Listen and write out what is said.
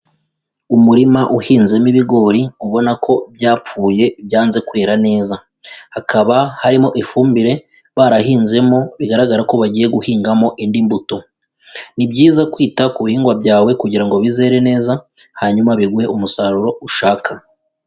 Umurima uhinzemo ibigori, ubona ko byapfuye byanze kwera neza. Hakaba harimo ifumbire, barahinzemo bigaragara ko bagiye guhingamo indi mbuto. Ni byiza kwita ku bihingwa byawe kugira ngo bizere neza, hanyuma biguhe umusaruro ushaka.